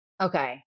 Okay